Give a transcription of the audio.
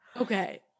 Okay